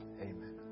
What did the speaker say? Amen